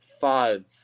five